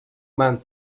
man